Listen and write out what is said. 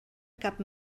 cap